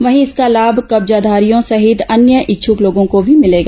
वहीं इसका लाभ कब्जाधारियों सहित अन्य इच्छुक लोगों को भी मिलेगा